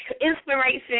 inspiration